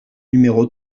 numéro